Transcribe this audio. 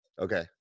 okay